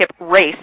race